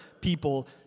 people